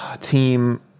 team